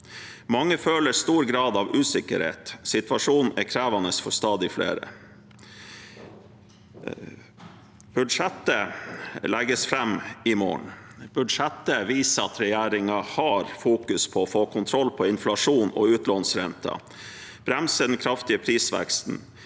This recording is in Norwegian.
Mange føler stor grad av usikkerhet. Situasjonen er krevende for stadig flere. Budsjettet legges fram i morgen. Budsjettet viser at regjeringen fokuserer på å få kontroll på inflasjonen og utlånsrenten, bremse den kraftige prisveksten,